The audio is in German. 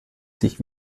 sich